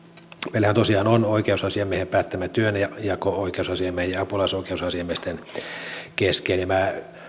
meillähän tosiaan on oikeusasiamiehen päättämä työnjako oikeusasiamiehen ja apulaisoikeusasiamiesten kesken minä